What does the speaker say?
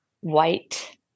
White